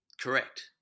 correct